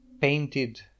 painted